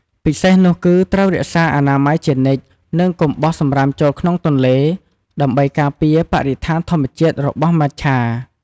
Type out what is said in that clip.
ពិសេសនោះគឺត្រូវរក្សាអនាម័យជានិច្ច និងកុំបោះសំរាមចូលក្នុងទន្លេ ដើម្បីការពារបរិស្ថានធម្មជាតិរបស់មច្ឆា ។